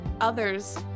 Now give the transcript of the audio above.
others